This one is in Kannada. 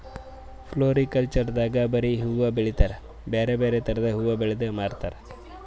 ಫ್ಲೋರಿಕಲ್ಚರ್ ದಾಗ್ ಬರಿ ಹೂವಾ ಬೆಳಿತಾರ್ ಬ್ಯಾರೆ ಬ್ಯಾರೆ ಥರದ್ ಹೂವಾ ಬೆಳದ್ ಮಾರ್ತಾರ್